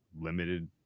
limited